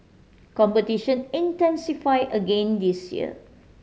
competition intensify again this year